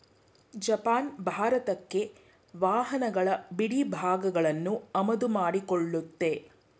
Japan ಭಾರತಕ್ಕೆ ವಾಹನಗಳ ಬಿಡಿಭಾಗಗಳನ್ನು ಆಮದು ಮಾಡಿಕೊಳ್ಳುತ್ತೆ